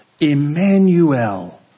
Emmanuel